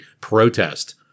protest